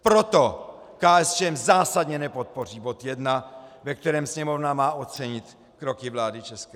Proto KSČM zásadně nepodpoří bod 1, ve kterém Sněmovna má ocenit kroky vlády ČR.